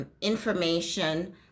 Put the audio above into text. information